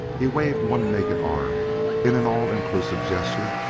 he waved one naked arm in an all-inclusive gesture,